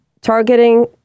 targeting